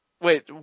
Wait